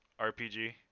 RPG